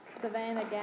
Savannah